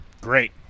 Great